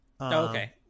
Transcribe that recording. Okay